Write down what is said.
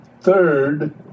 third